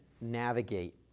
navigate